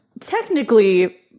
technically